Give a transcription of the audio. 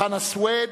חנא סוייד,